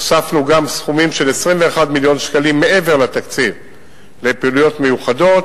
הוספנו גם סכומים של 21 מיליון שקלים מעבר לתקציב לפעילויות מיוחדות,